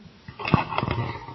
1